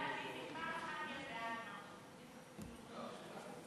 יאללה, נסים, פעם אחת תהיה בעד משהו.